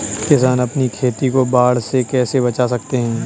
किसान अपनी खेती को बाढ़ से कैसे बचा सकते हैं?